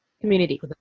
community